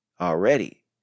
Already